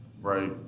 right